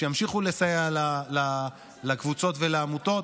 שימשיכו לסייע לקבוצות ולעמותות.